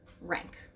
rank